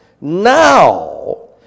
now